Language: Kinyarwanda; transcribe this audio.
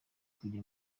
kujya